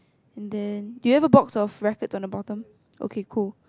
and then do you have a box of rackets on the bottom okay cool